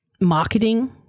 marketing